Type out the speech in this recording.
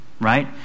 right